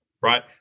right